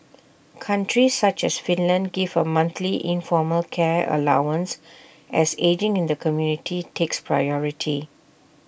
countries such as Finland give A monthly informal care allowance as ageing in the community takes priority